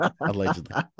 Allegedly